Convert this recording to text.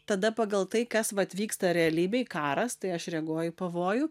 tada pagal tai kas vat vyksta realybėj karas tai aš reaguoju į pavojų